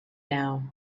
now